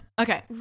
Okay